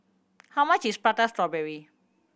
how much is Prata Strawberry